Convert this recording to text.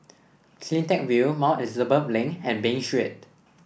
CleanTech View Mount Elizabeth Link and Bain Street